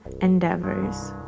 endeavors